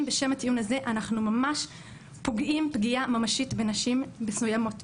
בשם הטיעון הזה אנחנו ממש פוגעים פגיעה ממשית בנשים מסוימות,